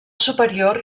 superior